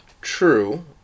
True